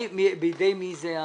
בידי מי זה?